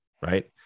right